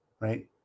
Right